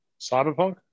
Cyberpunk